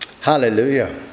hallelujah